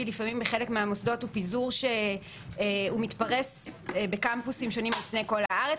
בחלק מהמוסדות מתפרס על פני קמפוסים ברחבי הארץ,